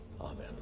Amen